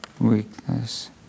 weakness